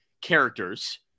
characters